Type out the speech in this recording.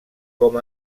com